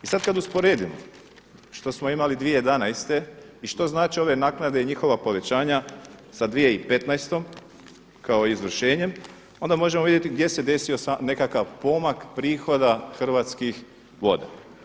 I sad kad usporedimo što smo imali 2011. i što znače ove naknade i njihova povećanja sa 2015. kao izvršenjem onda možemo vidjeti gdje se desio nekakav pomak prihoda Hrvatskih voda.